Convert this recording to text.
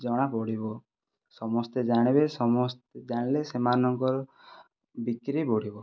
ଜଣା ପଡ଼ିବ ସମସ୍ତେ ଜାଣିବେ ସମସ୍ତେ ଜାଣିଲେ ସେମାନଙ୍କର ବିକ୍ରି ବଢ଼ିବ